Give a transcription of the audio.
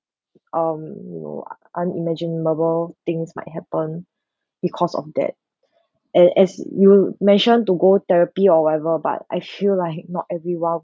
um you know unimaginable things might happen because of that and as you mentioned to go therapy or whatever but I feel like not everyone